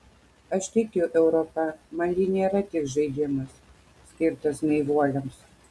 aš tikiu europa man ji nėra tik žaidimas skirtas naivuoliams